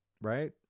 right